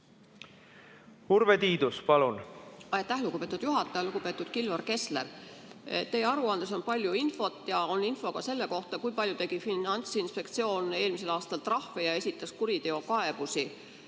Urve Tiidus, palun! Aitäh, lugupeetud juhataja! Lugupeetud Kilvar Kessler! Teie aruandes on palju infot ja on info ka selle kohta, kui palju tegi Finantsinspektsioon eelmisel aastal trahve ja esitas kuriteokaebusi.